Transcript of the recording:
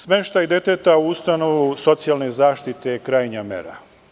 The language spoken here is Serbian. Smeštaj deteta u ustanovu socijalne zaštite je krajnja mera.